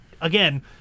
again